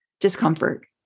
discomfort